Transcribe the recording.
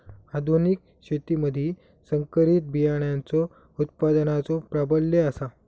आधुनिक शेतीमधि संकरित बियाणांचो उत्पादनाचो प्राबल्य आसा